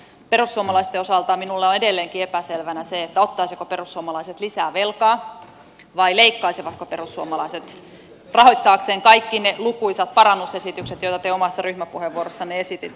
perussuomalaisten osalta minulle on edelleenkin epäselvänä se ottaisivatko perussuomalaiset lisää velkaa vai leikkaisivatko perussuomalaiset rahoittaakseen kaikki ne lukuisat parannusesitykset joita te omassa ryhmäpuheenvuorossanne esititte